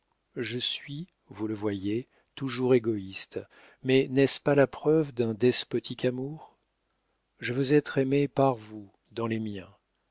je suis vous le voyez toujours égoïste mais n'est-ce pas la preuve d'un despotique amour je veux être aimée par vous dans les miens